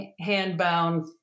hand-bound